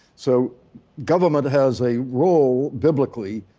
so government has a role biblically,